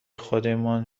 خودمان